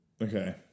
Okay